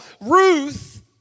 Ruth